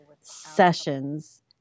sessions